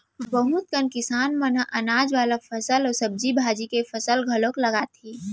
बहुत कन किसान मन ह अनाज वाला फसल अउ सब्जी भाजी के फसल घलोक लगाथे